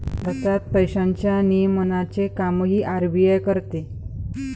भारतात पैशांच्या नियमनाचे कामही आर.बी.आय करते